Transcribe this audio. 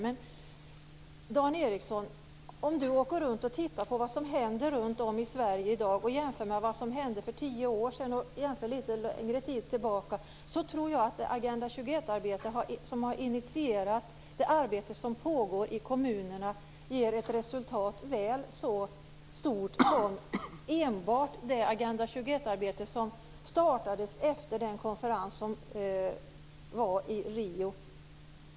Om Dan Ericsson jämför det som händer runt om i Sverige i dag med det som skedde för tio år sedan och litet längre tid tillbaka, tror jag att han skall se att det arbete som pågår i kommunerna givit ett väl så stort resultat som enbart det Agenda 21-arbete som startades efter konferensen i Rio.